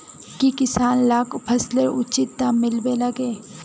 की किसान लाक फसलेर उचित दाम मिलबे लगे?